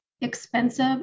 expensive